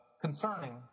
concerning